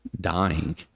dying